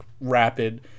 rapid